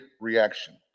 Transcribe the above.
reaction